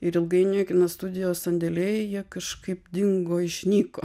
ir ilgainiui kino studijos sandėlyje jie kažkaip dingo išnyko